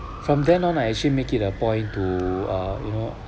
from then on I actually make it a point to uh you know